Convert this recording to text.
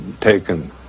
taken